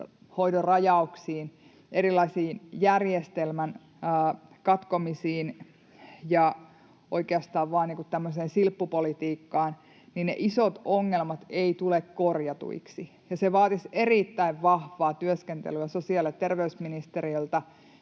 hoidon rajauksiin, erilaisiin järjestelmän katkomisiin ja oikeastaan vaan tämmöiseen silppupolitiikkaan, ja ne isot ongelmat eivät tule korjatuiksi. Se vaatisi erittäin vahvaa työskentelyä sosiaali- ja terveysministeriöltä,